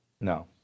No